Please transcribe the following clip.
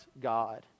God